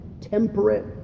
temperate